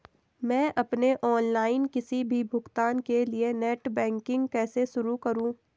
मैं अपने ऑनलाइन किसी भी भुगतान के लिए नेट बैंकिंग कैसे शुरु करूँ?